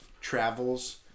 travels